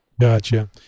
Gotcha